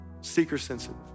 Seeker-sensitive